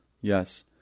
yes